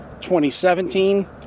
2017